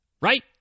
Right